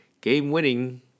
game-winning